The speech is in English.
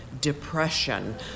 depression